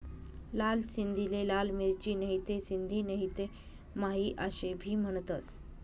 लाल सिंधीले लाल मिरची, नहीते सिंधी नहीते माही आशे भी म्हनतंस